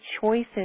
choices